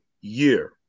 year